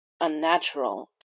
unnatural